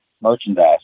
merchandise